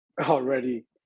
already